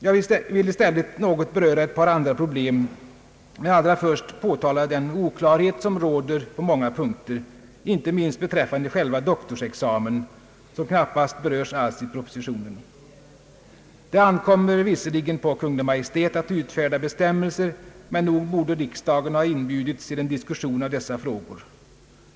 Jag vill i stället något beröra ett par andra problem men allra först påtala den - oklarhet som råder på många punkter, inte minst beträffande själva doktorsexamen, som nästan inte alls berörs i propositionen. Det ankommer visserligen på Kungl. Maj:t att utfärda bestämmelser, men nog borde riksdagen ha inbjudits till en diskussion av dessa frågor.